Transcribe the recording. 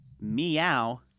meow